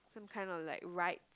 kind of like ride